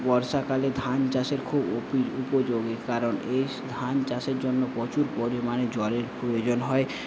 বর্ষাকালে ধান চাষের খুব উপযোগী কারণ এই ধান চাষের জন্য প্রচুর পরিমাণে জলের প্রয়োজন হয়